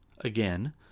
Again